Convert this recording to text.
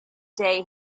day